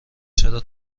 چرا